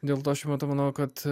dėl to šiuo metu manau kad